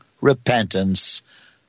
repentance